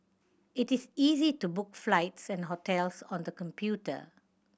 it is easy to book flights and hotels on the computer